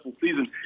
season